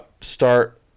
start